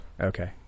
Okay